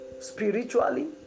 spiritually